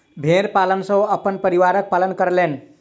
भेड़ पालन सॅ ओ अपन परिवारक पालन कयलैन